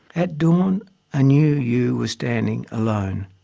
at dawn a new ewe was standing alone.